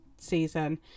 season